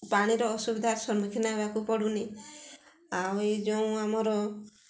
ପାଣିର ଅସୁବିଧା ସମ୍ମୁଖୀନ ହେବାକୁ ପଡ଼ୁନି ଆଉ ଏଇ ଯେଉଁ ଆମର